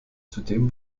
zudem